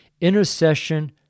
Intercession